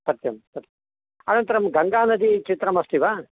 सत्यं सत् अनन्तरं गङ्गानदीचित्रमस्ति वा